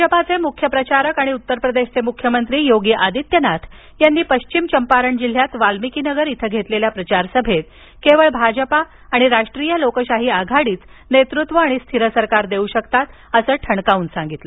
भाजपाचे मुख्य प्रचारक आणि उत्तर प्रदेशचे मुख्यमंत्री योगी आदित्यनाथ यांनी पश्चिम चंपारण जिल्ह्यात वाल्मिकी नगर इथं घेतलेल्या प्रचार सभेत केवळ भाजपा आणि राष्ट्रीय लोकशाही आघाडी नेतृत्व आणि स्थिर सरकार देऊ शकतात असं सांगितलं